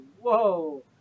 Whoa